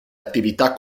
attività